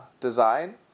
design